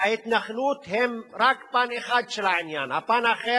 ההתנחלות היא רק פן אחד של העניין, הפן האחר